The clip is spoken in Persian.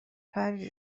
پری